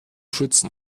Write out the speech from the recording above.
schützen